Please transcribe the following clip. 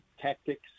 tactics